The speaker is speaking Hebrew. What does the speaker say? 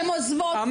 הן עוזבות,